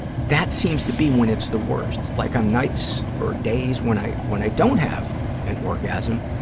that seems to be when it's the worst. it's like on nights or days when i when i don't have an orgasm,